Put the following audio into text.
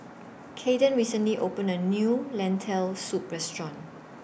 Caden recently opened A New Lentil Soup Restaurant